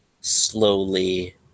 slowly